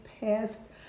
past